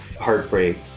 heartbreak